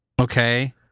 Okay